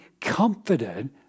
comforted